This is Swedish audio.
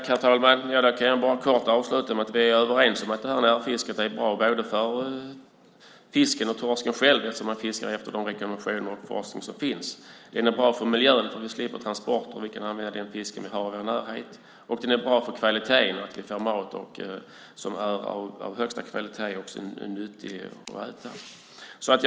Herr talman! Då kan jag bara kort avsluta med att säga att vi är överens om att Närfiskat är bra för fisken, och för torsken, eftersom man fiskar efter de rekommendationer och den forskning som finns. Det är bra för miljön, och vi slipper transporter om vi kan använda den fisk vi har i vår närhet. Det är bra för kvaliteten; att vi får mat som är av högsta kvalitet och som är nyttig att äta.